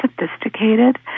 sophisticated